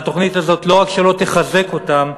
והתוכנית הזאת לא רק שלא תחזק אותם,